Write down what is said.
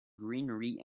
greenery